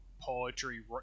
poetry